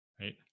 Right